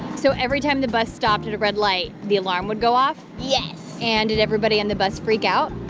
so every time the bus stopped at a red light the alarm would go off? yes and did everybody in the bus freak out?